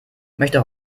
möchte